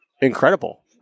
incredible